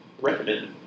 Recommended